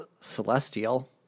celestial